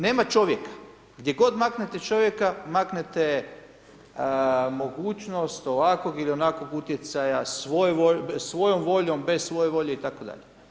Nema čovjek, gdje god maknete čovjeka maknete mogućnost ovakvog ili onakvog utjecaja svojom voljom, bez svoje volje itd.